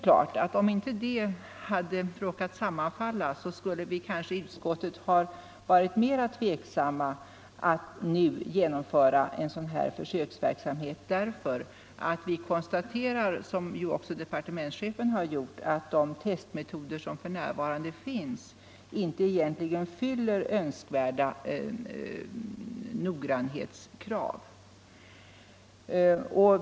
Om det inte råkat vara så, skulle utskottet kanske ha varit mera tveksamt till att nu genomföra en sådan här försöksverksamhet. Vi konstaterar nämligen, precis som departementschefen gjort, att de testmetoder som för närvarande finns egentligen inte uppfyller önskvärda noggrannhetskrav.